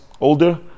older